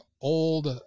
old